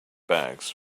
bags